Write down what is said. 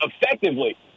effectively